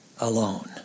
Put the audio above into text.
alone